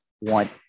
Want